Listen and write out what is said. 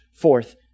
fourth